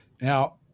Now